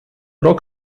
rok